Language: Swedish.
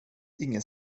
ingen